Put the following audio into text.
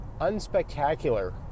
unspectacular